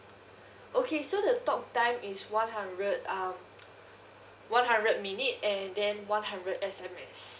okay so the talk time is one hundred um one hundred minute and then one hundred S_M_S